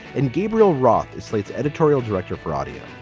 and gabriel roth is slate's editorial director for audio.